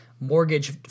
mortgage